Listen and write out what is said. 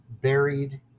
buried